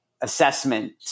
assessment